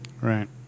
Right